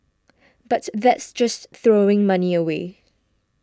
but that's just throwing money away